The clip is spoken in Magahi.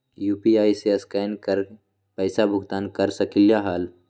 यू.पी.आई से स्केन कर पईसा भुगतान कर सकलीहल?